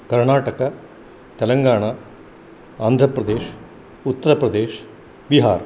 कर्णटकः तेलङ्गाण आन्ध्रप्रदेशः उत्तरप्रदेशः बीहार्